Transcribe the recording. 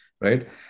right